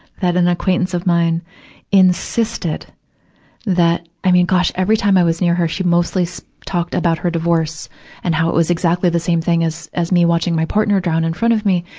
that an acquaintance of mine insisted that i mean, gosh, every time i was near her, she mostly so talked about her divorce and how it was exactly the same thing as, as me watching my partner drown in front of me.